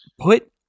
put